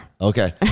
Okay